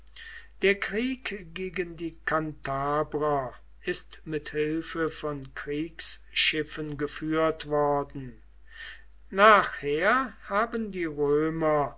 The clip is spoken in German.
der krieg gegen die kantabrer ist mit hilfe von kriegsschiffen geführt worden nachher haben die römer